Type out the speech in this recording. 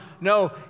No